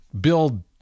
build